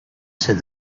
said